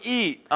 eat